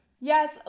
Yes